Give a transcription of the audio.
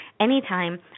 anytime